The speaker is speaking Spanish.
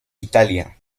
italia